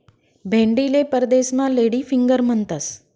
भेंडीले परदेसमा lady finger म्हणतंस